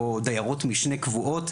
או דיירות משנה קבועות,